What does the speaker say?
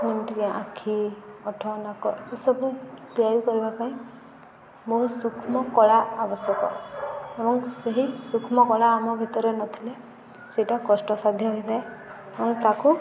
ଯେମିତିକି ଆଖି ଅଠ ନାକ ଏସବୁ ତିଆରି କରିବା ପାଇଁ ବହୁତ ସୁକ୍ଷ୍ମ କଳା ଆବଶ୍ୟକ ଏବଂ ସେହି ସୁକ୍ଷ୍ମ କଳା ଆମ ଭିତରେ ନଥିଲେ ସେଇଟା କଷ୍ଟ ସାଧ୍ୟ ହୋଇଥାଏ ଏବଂ ତାକୁ